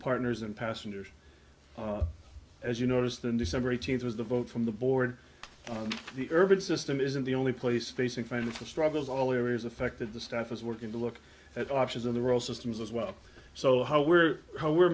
partners and passengers as you noticed in december eighteenth was the vote from the board on the urban system isn't the only place facing financial struggles all areas affected the staff is working to look at options on the road systems as well so how we're how we're